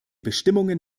bestimmungen